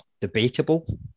debatable